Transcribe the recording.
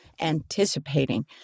Anticipating